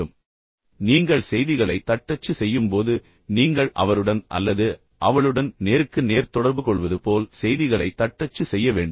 எனவே நீங்கள் செய்திகளைத் தட்டச்சு செய்யும் போது நீங்கள் அவருடன் அல்லது அவளுடன் நேருக்கு நேர் தொடர்புகொள்வது போல் செய்திகளைத் தட்டச்சு செய்ய வேண்டும்